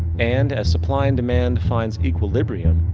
and, as supply and demand defines equilibrium,